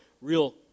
real